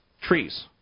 Trees